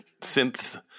synth